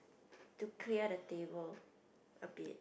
to clear the table a bit